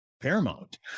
paramount